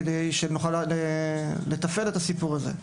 כדי שנוכל לתפעל את הסיפור הזה.